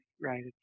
right